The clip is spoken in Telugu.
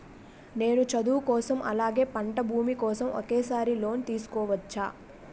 నేను చదువు కోసం అలాగే పంట భూమి కోసం ఒకేసారి లోన్ తీసుకోవచ్చా?